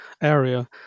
area